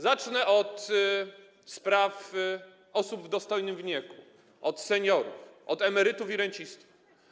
Zacznę od spraw osób w dostojnym wieku, od seniorów, od emerytów i rencistów.